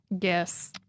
Yes